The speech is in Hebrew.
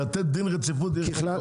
לתת דין רציפות יש מורכבות?